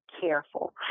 careful